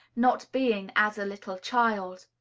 not being as a little child.